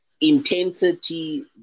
intensity